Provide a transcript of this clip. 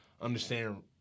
understand